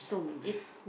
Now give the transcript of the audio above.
it's